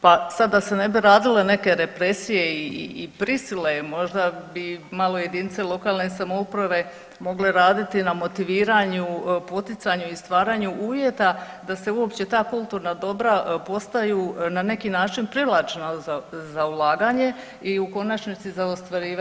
Pa sad da se ne bi radile neke represije i prisile možda bi malo jedinice lokalne samouprave mogle raditi na motiviranju, poticanju i stvaranju uvjeta da se uopće ta kulturna dobra postaju na neki način privlačna za ulaganje i u konačnici za ostvarivanje profita.